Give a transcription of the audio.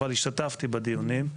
אבל השתתפתי בדיונים.